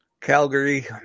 Calgary